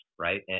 right